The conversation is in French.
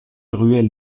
ruelle